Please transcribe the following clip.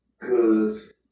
Cause